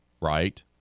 right